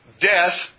Death